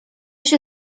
się